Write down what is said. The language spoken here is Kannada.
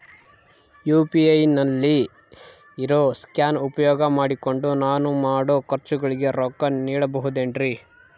ಯು.ಪಿ.ಐ ನಲ್ಲಿ ಇರೋ ಸ್ಕ್ಯಾನ್ ಉಪಯೋಗ ಮಾಡಿಕೊಂಡು ನಾನು ಮಾಡೋ ಖರ್ಚುಗಳಿಗೆ ರೊಕ್ಕ ನೇಡಬಹುದೇನ್ರಿ?